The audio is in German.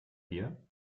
bier